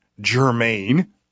germane